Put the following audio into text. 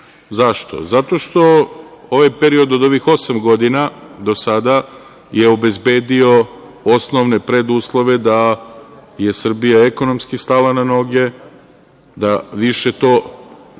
radi.Zašto? Zato što ovaj period od ovih osam godina do sada je obezbedio osnovne preduslove da je Srbija ekonomski stala na noge, da više to